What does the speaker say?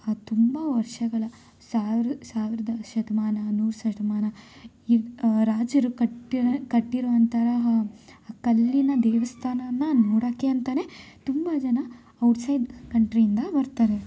ಅದು ತುಂಬ ವರ್ಷಗಳ ಸಾವಿರ ಸಾವಿರದ ಶತಮಾನ ನೂರು ಶತಮಾನ ಇ ರಾಜರು ಕಟ್ಟಿರೋ ಕಟ್ಟಿರುವಂತಹ ಕಲ್ಲಿನ ದೇವಸ್ಥಾನನ ನೋಡಕ್ಕೆ ಅಂತನೇ ತುಂಬ ಜನ ಔಟ್ಸೈಡ್ ಕಂಟ್ರಿಯಿಂದ ಬರ್ತಾರೆ